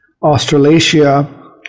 Australasia